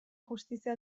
justizia